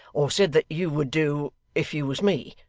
or said that you would do, if you was me.